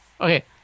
Okay